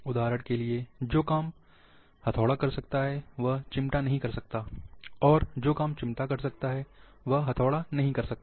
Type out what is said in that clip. उदाहरण के लिए जो काम हथौड़ा कर सकता है वह चिमटा नहीं कर सकता है और जो काम चिमटा कर सकता है वह हथौड़ा नहीं कर सकता